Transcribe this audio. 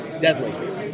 deadly